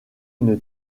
une